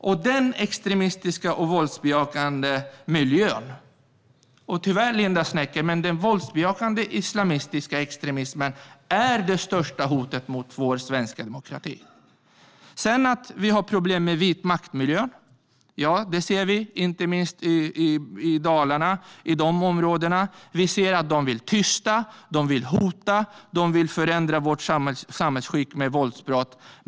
Det är en extremistisk och våldsbejakande miljö. Tyvärr, Linda Snecker, men den våldsbejakande islamistiska extremismen är det största hotet mot vår svenska demokrati. Sedan har vi problem med vitmaktmiljö. Det ser vi, inte minst i områden i Dalarna. Vi ser att de vill tysta, hota och förändra vårt samhällsskick med våldsprat.